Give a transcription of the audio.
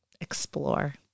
explore